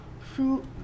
fruit